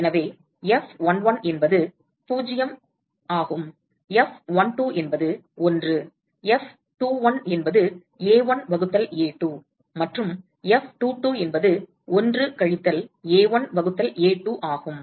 எனவே F11 என்பது பூஜ்ஜியம் F12 என்பது 1 F21 என்பது A1 வகுத்தல் A2 மற்றும் F22 என்பது 1 கழித்தல் A1 வகுத்தல் A2 ஆகும்